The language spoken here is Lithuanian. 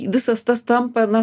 visas tas tampa na